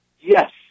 Yes